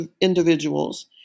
individuals